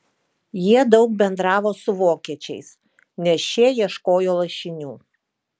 jie daug bendravo su vokiečiais nes šie ieškojo lašinių